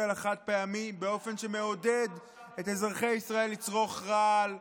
של החד-פעמי באופן שמעודד את אזרחי ישראל לצרוך רעל.